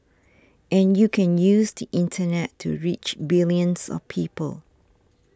and you can use the internet to reach billions of people